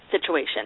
situation